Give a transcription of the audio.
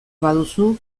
baduzu